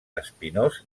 espinós